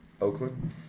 Oakland